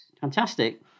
Fantastic